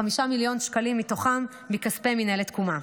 כש-5 מיליון שקלים מתוכם הם מכספי מינהלת תקומה.